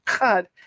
God